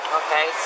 okay